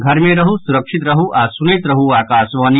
घर मे रहू सुरक्षित रहू आ सुनैत रहू आकाशवाणी